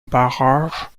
barrage